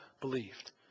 believed